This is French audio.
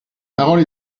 parole